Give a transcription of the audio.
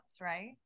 right